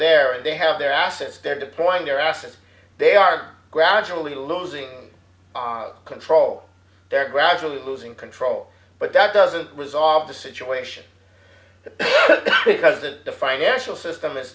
there and they have their assets they're deploying their assets they are gradually losing control they're gradually losing control but that doesn't resolve the situation because the financial system is